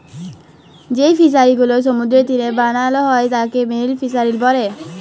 যেই ফিশারি গুলো সমুদ্রের তীরে বানাল হ্যয় তাকে মেরিন ফিসারী ব্যলে